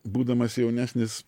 būdamas jaunesnis